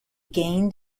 gained